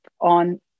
on